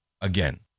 Again